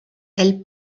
elle